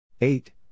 eight